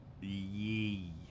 Yee